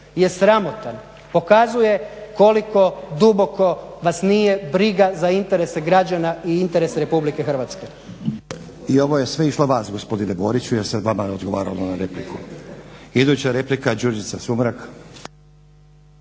je sramotan. Pokazuje koliko duboko vas nije briga za interese građana i interese RH. **Stazić, Nenad (SDP)** I ovo je sve išlo vas gospodine Boriću jer se vama odgovaralo na repliku. Iduća replika, Đurđica Sumrak.